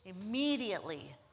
Immediately